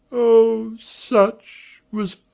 oh! such was